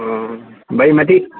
অঁ বাৰী মাটি